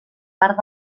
part